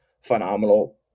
phenomenal